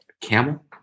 Camel